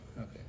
Okay